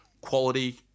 quality